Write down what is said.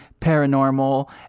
Paranormal